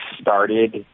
started